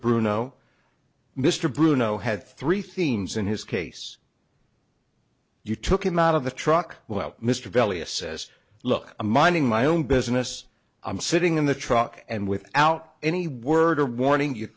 bruno mr bruno had three themes in his case you took him out of the truck well mr belly a says look i'm minding my own business i'm sitting in the truck and without any word or warning you